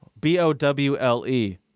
B-O-W-L-E